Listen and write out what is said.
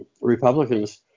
Republicans